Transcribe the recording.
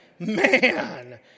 Man